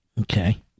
Okay